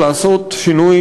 לעשות שינוי,